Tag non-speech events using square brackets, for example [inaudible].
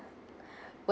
[breath] why